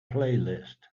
playlist